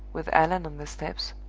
with allan on the steps,